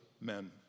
men